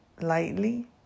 lightly